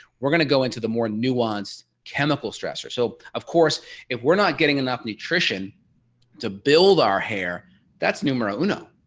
we're gonna go into the more nuanced chemical stress, so of course if we're not getting enough nutrition to build our hair that's numero uno,